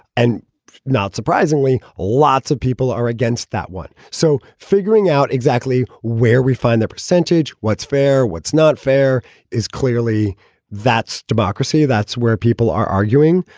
and not surprisingly, lots of people are against that one. so figuring out exactly where we find that percentage, what's fair, what's not fair is clearly that's democracy. that's where people are arguing.